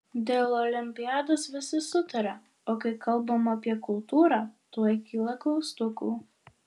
dėl olimpiados visi sutaria o kai kalbama apie kultūrą tuoj kyla klaustukų